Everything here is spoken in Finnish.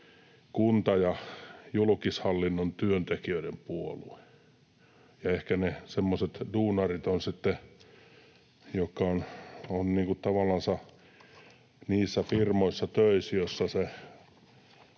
kunta- ja julkishallinnon työntekijöiden puolue, ja ehkä ne semmoiset duunarit, jotka ovat tavallansa töissä niissä